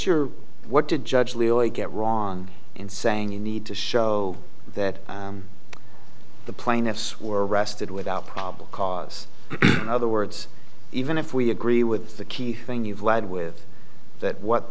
your what did judge leroy get wrong in saying you need to show that the plaintiffs were arrested without probable cause other words even if we agree with the key thing you've led with that